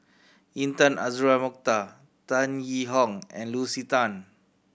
Intan Azura Mokhtar Tan Yee Hong and Lucy Tan